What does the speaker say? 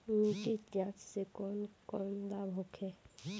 मिट्टी जाँच से कौन कौनलाभ होखे?